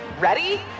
Ready